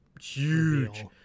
Huge